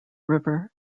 river